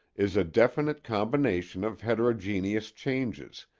is a definite combination of heterogeneous changes,